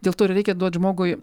dėl to ir reikia duot žmogui